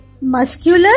muscular